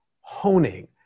honing